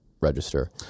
register